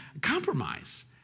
compromise